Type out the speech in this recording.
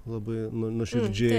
labai nuo nuoširdžiai